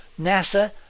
nasa